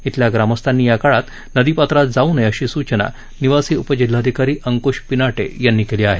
इथल्या ग्रामस्थांनी या काळात नदीपात्रात जाऊ नये अशी सूचना निवासी उपजिल्हाधिकारी अंक्श पिनाटे यांनी केली आहे